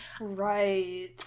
Right